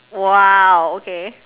!wow! okay